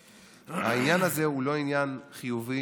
שהעניין הזה הוא לא עניין חיובי.